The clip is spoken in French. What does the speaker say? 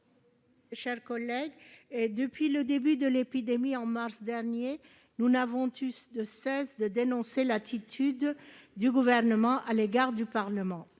Esther Benbassa. Depuis le début de l'épidémie, en mars dernier, nous n'avons eu de cesse que de dénoncer l'attitude du Gouvernement à l'égard du Parlement.